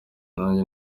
nanjye